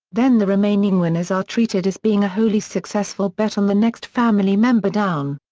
then the remaining winners are treated as being a wholly successful bet on the next family member down.